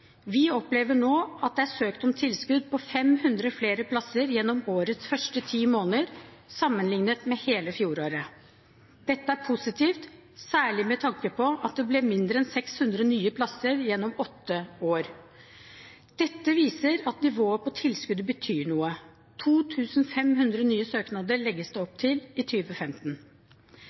Vi opplever nå at det er søkt om tilskudd på 500 flere plasser gjennom årets første ti måneder sammenlignet med hele fjoråret. Dette er positivt, særlig med tanke på at det ble mindre enn 600 nye plasser gjennom åtte år. Dette viser at nivået på tilskuddet betyr noe. 2 500 nye søknader legges det opp til i